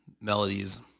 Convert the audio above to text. melodies